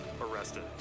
arrested